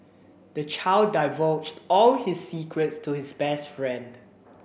the child divulged all his secrets to his best friend